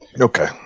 Okay